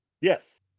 Yes